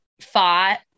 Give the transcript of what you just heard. fought